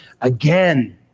again